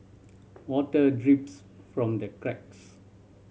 water drips from the cracks